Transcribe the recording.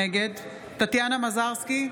נגד טטיאנה מזרסקי,